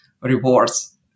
rewards